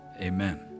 amen